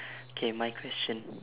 K my question